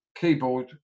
keyboard